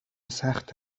سخت